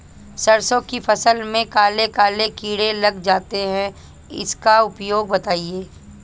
सरसो की फसल में काले काले कीड़े लग जाते इसका उपाय बताएं?